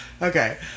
Okay